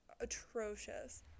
atrocious